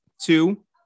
two